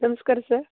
ನಮಸ್ಕಾರ ಸರ್